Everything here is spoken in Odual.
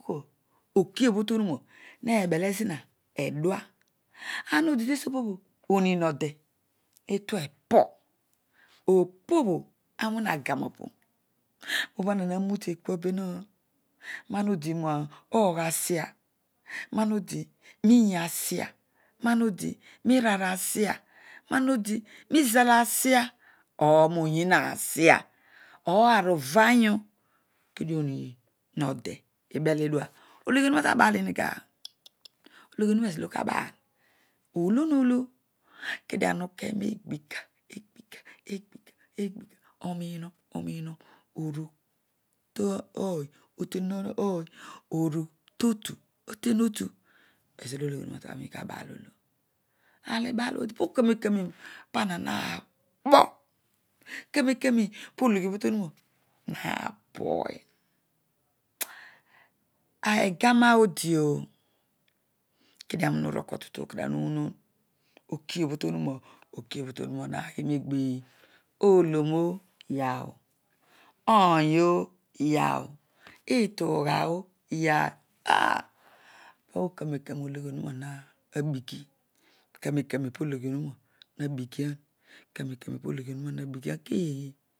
Kua okiobho tonina nedele zina edua, ama odi tesebobho onin node betuepo, opobho amina kam apu, obho anana route kiiabenaan roana odi roagh asia, mana odingiya asia nana odi roiraar asia roana odinizal asia or rooyiin asia or arovanyu kedio omin node ibele idua ologhionu na tabaaliniga? aloghi onuroa ezolo tabaal do nolo, kedio ana ukeroegbi ka, eghika, aninoo ominon iru totu oten otu ezo ologhi onuna tabaal olo awbaal obho kanen. Karo pana na kpol kanen kana pologhiobho tonuna na bighii egaroa odioh kedio aaroi umiine urol kua tutu unoon okiobho tonuna okiobho tonuna nagh negheey oolom oh iyaah ony oh iyaoh itugha oti, iyaoh ah! Po karoen kanen ologhi onuroa na bigi karoen karoen olo ghionu roa na biglan karoen kanen pologhi onuna na bigian keeghe?